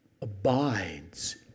abides